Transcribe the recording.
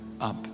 up